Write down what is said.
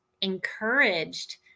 encouraged